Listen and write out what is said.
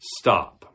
stop